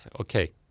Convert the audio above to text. Okay